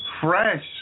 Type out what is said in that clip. fresh